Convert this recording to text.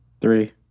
Three